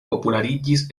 populariĝis